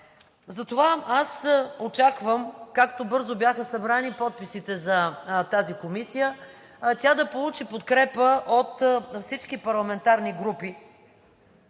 Затова аз очаквам, както бързо бяха събрани подписите за тази комисия, тя да получи подкрепа от всички парламентарни групи,